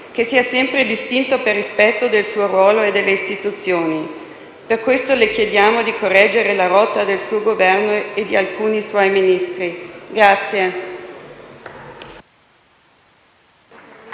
che si è sempre distinto per rispetto del suo ruolo e delle istituzioni. Le chiediamo, quindi, di correggere la rotta del suo Governo e di alcuni suoi Ministri.